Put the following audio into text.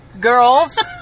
girls